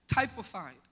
typified